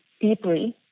deeply